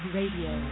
Radio